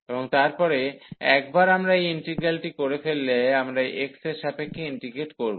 এবং তারপরে একবার আমরা এই ইন্টিগ্রালটি করে ফেললে আমরা x এর সাপেক্ষে ইন্টিগ্রেট করব